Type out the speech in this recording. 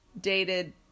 dated